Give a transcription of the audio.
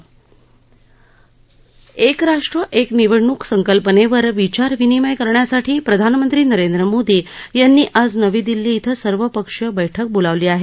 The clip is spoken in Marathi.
एक देश एक निवडणूक या संकल्पनेवर विचार विनीमय करण्यासाठी प्रधानमंत्री नरेंद्र मोदी यांनी आज नवी दिल्ली शिं सर्वपक्षीय बैठक बोलावली आहे